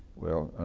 well,